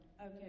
Okay